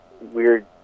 weird